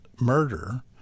murder